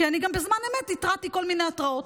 כי אני גם בזמן אמת התרעתי כל מיני התרעות.